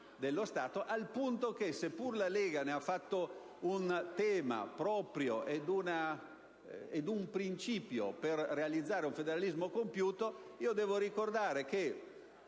dello Stato, al punto che, sebbene la Lega ne abbia fatto un tema proprio ed un principio per realizzare un federalismo compiuto, devo ricordare che